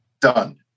done